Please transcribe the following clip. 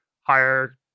higher